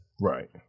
Right